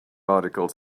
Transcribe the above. articles